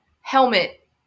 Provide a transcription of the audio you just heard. helmet